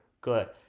good